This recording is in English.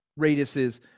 radiuses